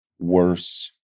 worse